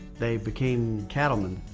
they became cattlemen.